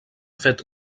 fet